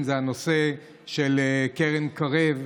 אם זה הנושא של קרן קרב,